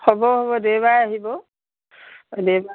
হ'ব হ'ব দেওবাৰে আহিব দেওবাৰে